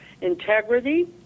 integrity